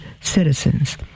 citizens